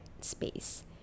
space